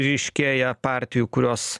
ryškėja partijų kurios